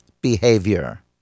behavior